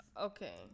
Okay